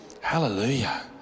Hallelujah